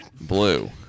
blue